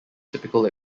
typical